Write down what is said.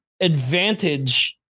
advantage